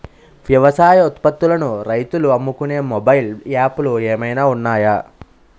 వ్యవసాయ ఉత్పత్తులను రైతులు అమ్ముకునే మొబైల్ యాప్ లు ఏమైనా ఉన్నాయా?